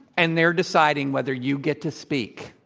and they're deciding whether you get to speak.